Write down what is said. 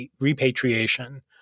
repatriation